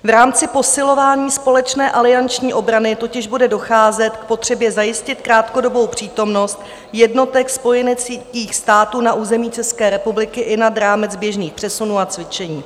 V rámci posilování společné alianční obrany totiž bude docházet k potřebě zajistit krátkodobou přítomnost jednotek spojeneckých států na území České republiky i nad rámec běžných přesunů a cvičení.